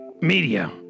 media